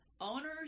owners